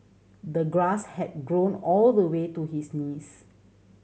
the grass had grown all the way to his knees